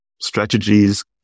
strategies